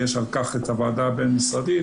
ויש על כך את הוועדה הבית משרדית,